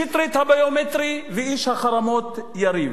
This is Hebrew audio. שטרית הביומטרי ואיש החרמות יריב.